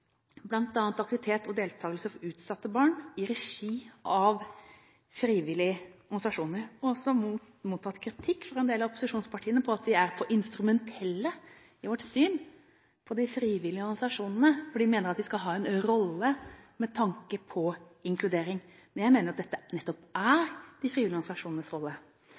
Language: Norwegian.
bl.a. aktivitet og deltakelse for utsatte barn, i regi av frivillige organisasjoner. Vi har også mottatt kritikk fra en del av opposisjonspartiene for at vi er for instrumentelle i vårt syn på de frivillige organisasjonene. De mener at de skal ha en rolle med tanke på inkludering. Men jeg mener at dette nettopp er de frivillige organisasjonenes rolle.